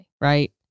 Right